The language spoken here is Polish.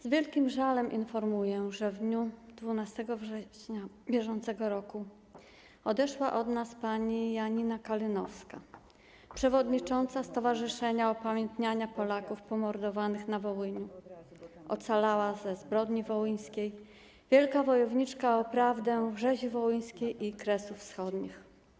Z wielkim żalem informuję, że w dniu 12 września br. odeszła od nas pani Janina Kalinowska, przewodnicząca Stowarzyszenia Upamiętniania Polaków Pomordowanych na Wołyniu, ocalała ze zbrodni wołyńskiej, wielka wojowniczka o prawdę rzezi wołyńskiej i Kresów Wschodnich.